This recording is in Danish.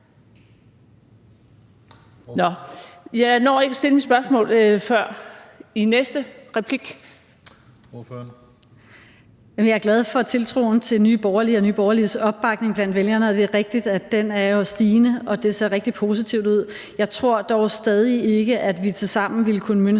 Kl. 15:36 Pernille Vermund (NB): Jeg er glad for tiltroen til Nye Borgerlige og Nye Borgerliges opbakning blandt vælgerne, og det er jo rigtigt, at den er stigende, og at det ser rigtig positivt ud. Jeg tror dog stadig ikke, at vi tilsammen ville kunne mønstre